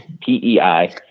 PEI